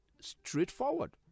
straightforward